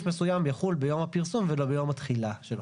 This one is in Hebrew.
מבויים יחול ביום הפרסום ולא ביום התחילה של החוק.